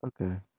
Okay